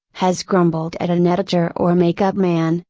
has grumbled at an editor or make up man,